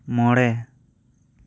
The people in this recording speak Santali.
ᱢᱚᱬᱮ